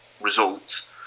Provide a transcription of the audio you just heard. results